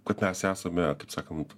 kad mes esame kaip sakant